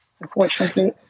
unfortunately